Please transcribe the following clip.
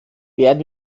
werden